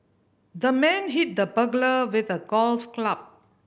the man hit the burglar with a golf club